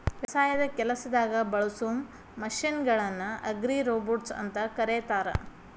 ವ್ಯವಸಾಯದ ಕೆಲಸದಾಗ ಬಳಸೋ ಮಷೇನ್ ಗಳನ್ನ ಅಗ್ರಿರೋಬೊಟ್ಸ್ ಅಂತ ಕರೇತಾರ